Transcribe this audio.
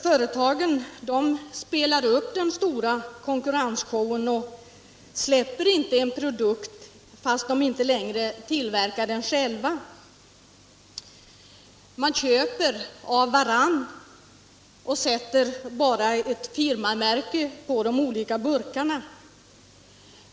Företagen spelar upp den stora konkurrensshowen och släpper inte en produkt, fast de inte längre tillverkar den själva. De köper av varandra och sätter sitt eget firmamärke på de olika burkarna.